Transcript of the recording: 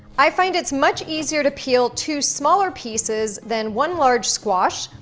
i find it's much easier to peel two smaller pieces than one large squash.